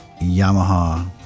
Yamaha